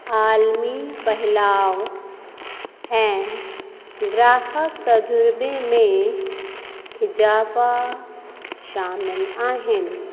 आलमी फहिलाव ऐं ग्राहक तज़ुर्बे में इज़ाफ़ा शामिल आहिनि